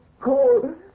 cold